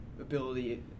ability